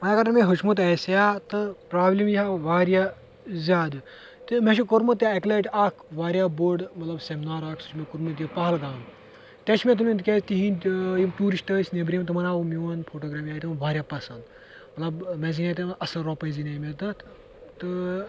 وۄنۍ اگر نہٕ مےٚ ہیوٚچھمُت آسہِ ہَا تہٕ پرٛابلِم یی ہَا واریاہ زیادٕ تہِ مےٚ چھُ کوٚرمُت تہِ اَکہِ لَٹہِ اَکھ واریاہ بوٚڈ مطلب سٮ۪منار اَکھ سُہ چھِ مےٚ کوٚرمُت یہِ پہلگام تَتہِ چھِ مےٚ تُلۍ مٕتۍ تِکیازِ تِہِنٛد یِم ٹوٗرِسٹ ٲسۍ نٮ۪رِم تِمَن آو میون فوٹوگرٛافی آے تِمَن واریاہ پَسںٛد مطلب مےٚ زیٖنۍ تَمہِ دۄہ اَصٕل روٚپَے زیٖنے مےٚ تَتھ تہٕ